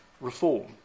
reform